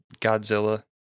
Godzilla